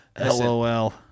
LOL